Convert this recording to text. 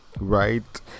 right